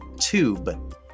tube